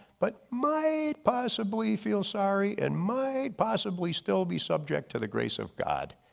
but might possibly feel sorry and might possibly still be subject to the grace of god.